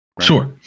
sure